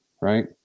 right